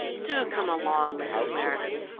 do come along, mrs. meredith!